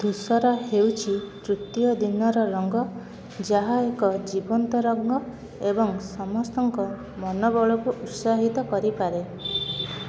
ଧୂସର ହେଉଛି ତୃତୀୟ ଦିନର ରଙ୍ଗ ଯାହା ଏକ ଜୀବନ୍ତ ରଙ୍ଗ ଏବଂ ସମସ୍ତଙ୍କ ମନୋବଳକୁ ଉତ୍ସାହିତ କରିପାରେ